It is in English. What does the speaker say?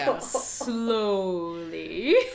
slowly